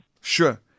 Sure